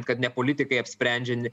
kad ne politikai apsprendžia ne